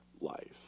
life